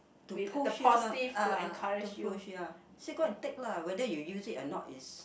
to push you lor ah to push ya so go and take lah whether you use it or not is